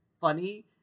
funny